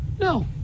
no